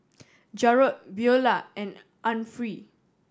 Jarrod Beula and Anfernee